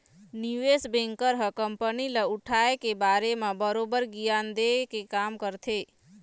निवेस बेंकर ह कंपनी ल उठाय के बारे म बरोबर गियान देय के काम करथे